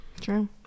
true